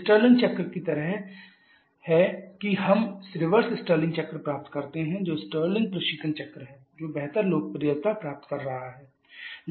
Stirling चक्र की तरह है कि हम रिवर्स स्टर्लिंग चक्र प्राप्त करते हैं जो स्टर्लिंग प्रशीतन चक्र है जो बेहतर लोकप्रियता प्राप्त कर रहा है